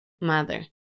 mother